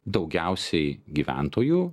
daugiausiai gyventojų